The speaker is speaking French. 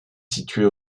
située